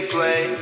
Play